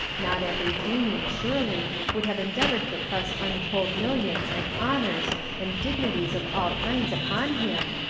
not every jinnee, surely, would have endeavoured to press untold millions and honours and dignities of all kinds upon him,